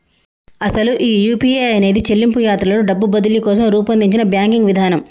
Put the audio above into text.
అసలు ఈ యూ.పీ.ఐ అనేది చెల్లింపు యాత్రలో డబ్బు బదిలీ కోసం రూపొందించిన బ్యాంకింగ్ విధానం